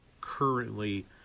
currently